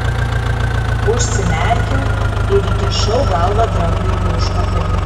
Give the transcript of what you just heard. užsimerkiau ir įkišau galvą drambliui į užpakalį